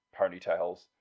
ponytails